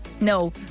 No